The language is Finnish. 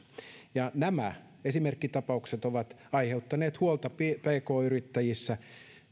ja nämä esimerkkitapaukset ovat aiheuttaneet huolta pk yrittäjissä